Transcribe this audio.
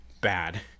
bad